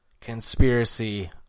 conspiracy